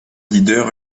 leader